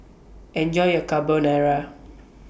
Enjoy your Carbonara